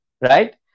right